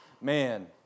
man